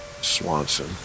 Swanson